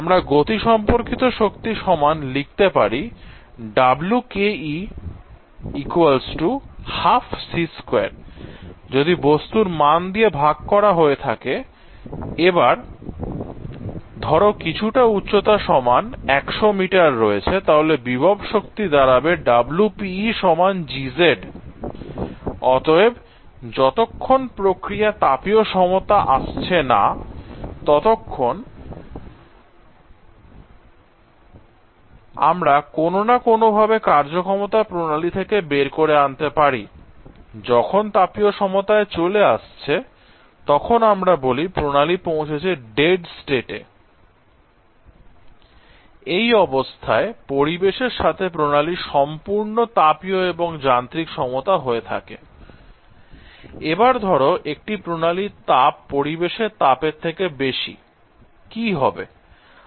আমরা গতি সম্পর্কিত শক্তি সমান লিখতে পারি যদি বস্তুর মান দিয়ে ভাগ করা হয়ে থাকে এবার ধরো কিছুটা উচ্চতা সমান 100m রয়েছে তাহলে বিভব শক্তি দাঁড়াবে অতএব যতক্ষণ প্রক্রিয়া তাপীয় সমতা আসছে না ততক্ষণ আমরা কোন না কোন ভাবে কার্যক্ষমতা প্রণালী থেকে বের করে আনতে পারি যখন তাপীয় সমতায় চলে আসছে তখন আমরা বলি প্রণালী পৌঁছেছে ডেড স্টেট এ I এই অবস্থায় পরিবেশের সাথে প্রণালীর সম্পূর্ণ তাপীয় এবং যান্ত্রিক সমতা হয়ে থাকে I এবার ধরো একটি প্রণালীর তাপ পরিবেশের তাপের থেকে বেশি কি হবে